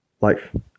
life